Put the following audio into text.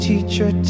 Teacher